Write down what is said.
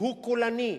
שהוא קולני,